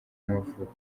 y’amavuko